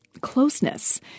closeness